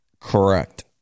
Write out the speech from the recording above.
Correct